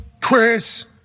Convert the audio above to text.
Chris